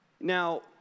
Now